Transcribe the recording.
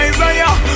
Isaiah